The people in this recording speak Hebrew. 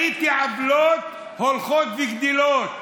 ראיתי עוולות הולכות וגדלות.